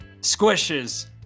squishes